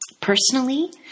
Personally